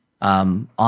on